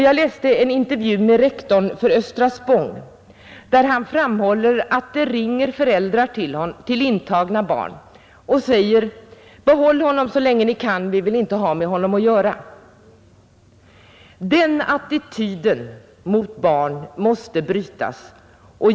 Jag läste en intervju med rektorn för Östra Spång, där han framhåller att föräldrar till intagna barn ringer och säger: ”Behåll honom så länge ni kan! Vi vill inte ha med honom att göra.” Den attityden mot barn måste brytas.